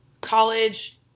College